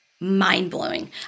mind-blowing